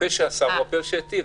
הפה שעשה הוא הפה שהתיר,